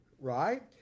right